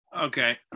Okay